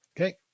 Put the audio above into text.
okay